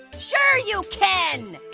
sure you ken.